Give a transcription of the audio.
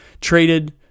traded